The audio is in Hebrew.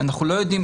אנחנו לא יודעים.